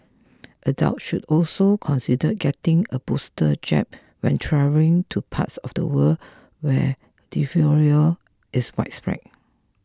adults should also consider getting a booster jab when travelling to parts of the world where diphtheria is widespread